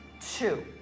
Two